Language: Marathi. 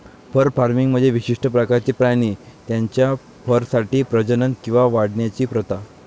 फर फार्मिंग म्हणजे विशिष्ट प्रकारचे प्राणी त्यांच्या फरसाठी प्रजनन किंवा वाढवण्याची प्रथा